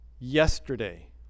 yesterday